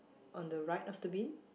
on the right of the bin